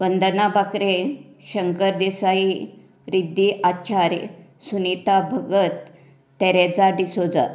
Vandana Bakre Shankar Desai Riddhi Acharya Sunita Bhagat Tereza D'Souza